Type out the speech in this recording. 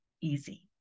easy